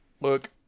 Look